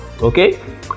okay